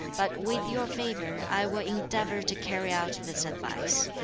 but with your favor i will endeavor to carry out this advice.